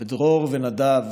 בדרור ונדב,